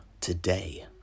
today